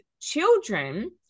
children